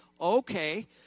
okay